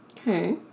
Okay